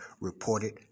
reported